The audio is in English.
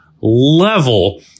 level